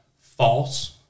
false